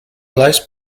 lies